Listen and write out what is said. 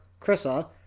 Krissa